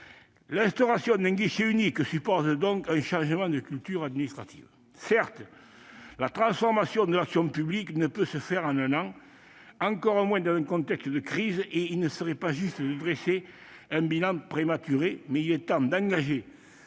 L'instauration d'un guichet unique suppose donc un changement de culture administrative. Certes, la transformation de l'action publique ne peut se faire en un an, encore moins dans un contexte de crise. Il ne serait pas juste de dresser un bilan prématuré, mais il est temps d'engager